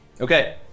Okay